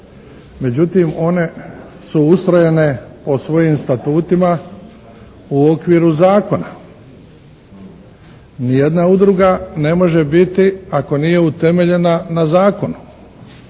Međutim, one su ustrojene po svojim Statutima u okviru zakona. Ni jedna udruga ne može biti ako nije utemeljena na zakonu